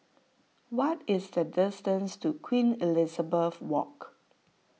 what is the distance to Queen Elizabeth Walk